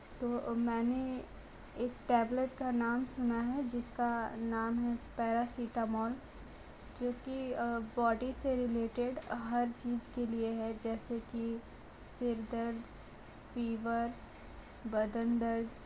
तो मैंने एक टैबलेट का नाम सुना है जिस का नाम है पैरासीटामोल जो कि बोडी से रिलेटेड हर चीज़ के लिए है जैसे कि सिर दर्द फ़ीवर बदन दर्द